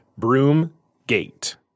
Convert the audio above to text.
Broomgate